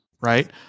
right